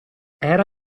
era